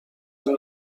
این